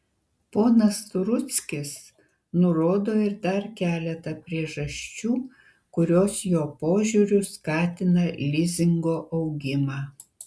ponas rudzkis nurodo ir dar keletą priežasčių kurios jo požiūriu skatina lizingo augimą